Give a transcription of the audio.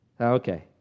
Okay